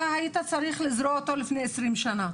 אתה היית צריך לזרוע אותו לפני 20 שנה.